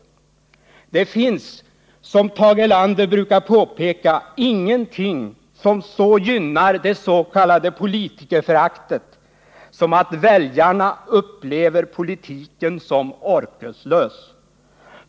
Det finns, som Tage Erlander brukar påpeka, ingenting som så gynnar det s.k. politikerföraktet som att väljarna upplever politiken som orkeslös.